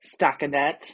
stockinette